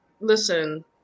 listen